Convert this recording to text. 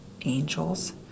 angels